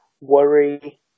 worry